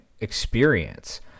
experience